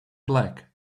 black